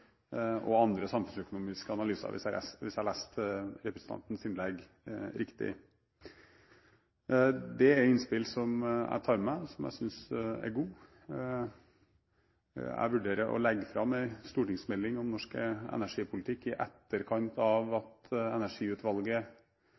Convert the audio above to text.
og andre samfunnsøkonomiske analyser, hvis jeg leste representantens innlegg riktig. Det er innspill som jeg tar med meg, og som jeg synes er gode. Jeg vurderer å legge fram en stortingsmelding om norsk energipolitikk i etterkant av